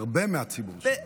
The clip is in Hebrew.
הרבה מהציבור שלה.